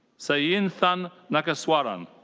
seiiyinthan nageswaran.